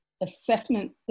assessment